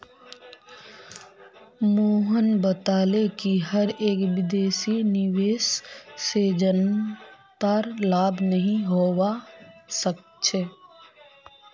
मोहन बताले कि हर एक विदेशी निवेश से जनतार लाभ नहीं होवा सक्छे